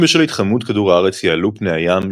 אם בשל התחממות כדור הארץ יעלו פני הים,